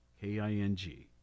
K-I-N-G